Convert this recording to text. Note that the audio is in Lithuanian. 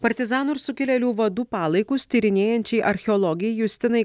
partizanų ir sukilėlių vadų palaikus tyrinėjančiai archeologijai justinai